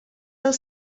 del